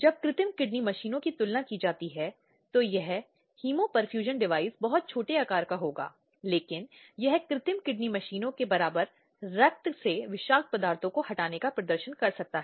यौन उत्पीड़न हम पहले ही देख चुके हैं और जैसा की आप जानते हैं यह धीरे धीरे बढ़ रहा है और हम यौन उत्पीड़न के अधिक उदाहरण या बढ़ते उदाहरण पाते हैं